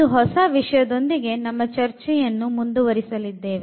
ಒಂದು ಹೊಸ ವಿಷಯದೊಂದಿಗೆ ನಮ್ಮ ಚರ್ಚೆಯನ್ನು ಮುಂದುವರಿಸಿದ್ದೇವೆ